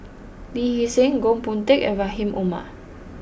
Lee Hee Seng Goh Boon Teck and Rahim Omar